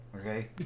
okay